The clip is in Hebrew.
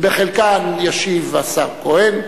ועל חלקן ישיב השר כהן,